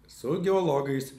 su geologais